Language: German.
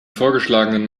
vorgeschlagenen